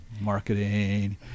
marketing